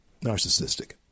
narcissistic